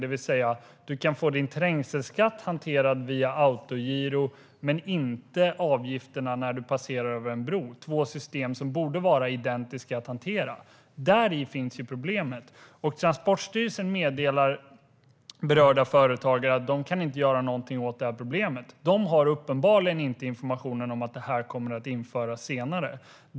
Du kan till exempel få din trängselskatt hanterad via autogiro men inte avgifterna när du passerar över en bro - två system som borde vara identiska att hantera. Däri finns problemet. Transportstyrelsen meddelar berörda företagare att de inte kan göra något åt problemet. De har uppenbarligen inte informationen att man kommer att införa det senare.